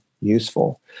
useful